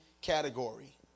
category